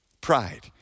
pride